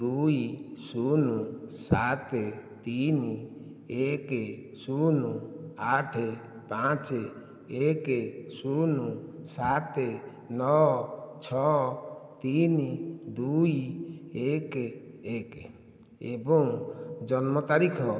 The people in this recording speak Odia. ଦୁଇ ଶୂନ ସାତ ତିନି ଏକ ଶୂନ ଆଠ ପାଞ୍ଚ ଏକ ଶୂନୁ ସାତ ନଅ ଛଅ ତିନି ଦୁଇ ଏକ ଏକ ଏବଂ ଜନ୍ମ ତାରିଖ